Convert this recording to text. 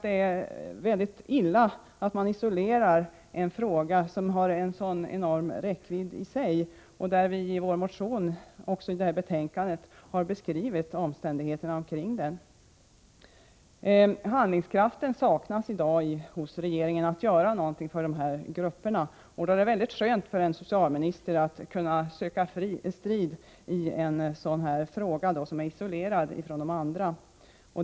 Det är illa att socialministern isolerar en fråga som i sig har en så enorm räckvidd. I vår motion som behandlas i detta betänkande har vi beskrivit omständigheterna kring denna fråga. Handlingskraften saknas i dag hos regeringen för att göra någonting för dessa grupper, och då är det skönt för en socialminister att kunna söka strid i en sådan här fråga, som är isolerad från de andra.